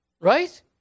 Right